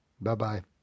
bye-bye